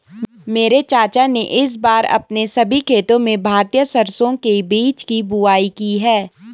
मेरे चाचा ने इस बार अपने सभी खेतों में भारतीय सरसों के बीज की बुवाई की है